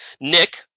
Nick